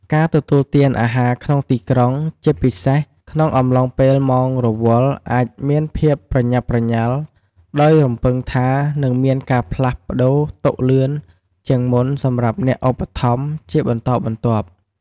ការទទួលទានអាហារក្នុងទីក្រុង ជាពិសេសក្នុងអំឡុងពេលម៉ោងរវល់ អាចមានភាពប្រញាប់ប្រញាល់ ដោយរំពឹងថានឹងមានការផ្លាស់ប្តូរតុលឿនជាងមុនសម្រាប់អ្នកឧបត្ថម្ភជាបន្តបន្ទាប់។